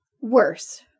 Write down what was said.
Worse